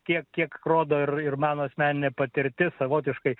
tiek kiek rodo ir mano asmeninė patirtis savotiškai